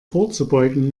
vorzubeugen